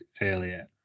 earlier